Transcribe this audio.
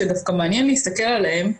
שדווקא מעניין להסתכל עליהם.